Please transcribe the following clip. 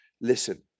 listen